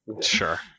Sure